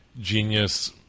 genius